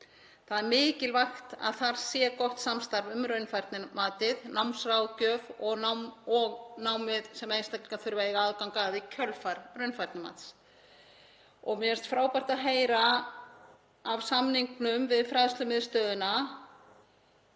Það er mikilvægt að það sé gott samstarf um raunfærnimatið, námsráðgjöf og námið sem einstaklingar þurfa að eiga aðgang að í kjölfar raunfærnimats. Mér finnst frábært að heyra af samningnum við Fræðslumiðstöðina,